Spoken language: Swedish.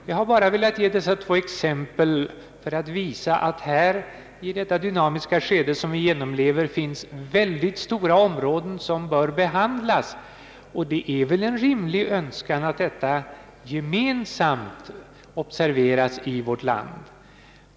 Jag har bara velat ge dessa två exempel för att visa att i det dynamiska skede som vi genomlever finns mycket stora områden som bör behandlas, och det är väl en rimlig önskan att detta gemensamt observeras i vårt land.